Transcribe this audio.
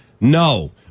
No